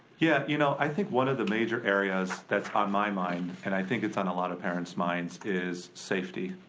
yeah, you know, i think one of the major areas that's on my mind, and i think it's on a lot of parents minds is safety.